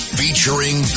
featuring